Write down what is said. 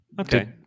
okay